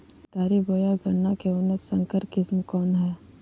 केतारी बोया गन्ना के उन्नत संकर किस्म कौन है?